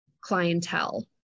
clientele